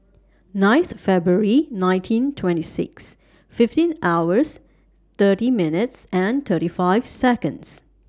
nineth February nineteen twenty six fifteen hours thirty minutes thirty five Seconds